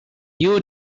you